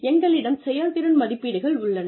எங்களிடம் செயல்திறன் மதிப்பீடுகள் உள்ளன